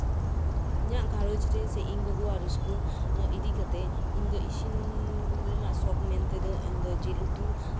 ᱤᱧᱟᱜ ᱜᱷᱟᱸᱨᱚᱡ ᱨᱮ ᱥᱮ ᱤᱧ ᱜᱚᱜᱚᱣᱟᱜ ᱨᱟᱹᱥᱠᱟᱹ ᱤᱫᱤ ᱠᱟᱛᱮ ᱤᱧᱫᱚ ᱤᱥᱤᱱ ᱨᱮᱱᱟᱜ ᱥᱚᱠ ᱢᱮᱱᱛᱮ ᱫᱚ ᱤᱧᱫᱚ ᱡᱮᱞ ᱩᱛᱩ ᱮᱸᱫ